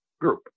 group